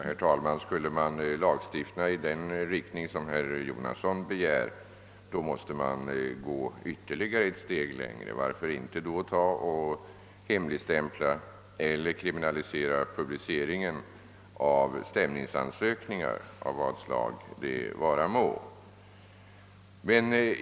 Herr talman! Skulle man lagstifta i den riktning som herr Jonasson begär måste man gå ytterligare ett steg. Varför då inte hemligstämpla eller kriminalisera publiceringen av stämningsansökningar av vad slag det vara må?